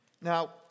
Now